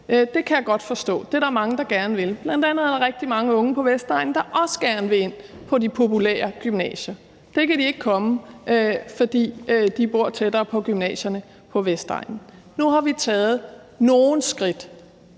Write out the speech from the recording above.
Det kan jeg godt forstå at mange gerne vil. Bl.a. er der rigtig mange unge på Vestegnen, der også gerne vil ind på de populære gymnasier. Det kan de ikke komme, fordi de bor tættere på gymnasierne på Vestegnen. Nu har vi taget nogle skridt